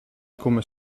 come